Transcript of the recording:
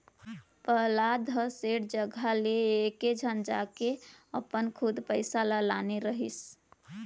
पहलाद ह सेठ जघा ले एकेझन जायके अपन खुद पइसा ल लाने रहिस